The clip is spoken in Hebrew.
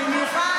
במיוחד,